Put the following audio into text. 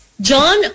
john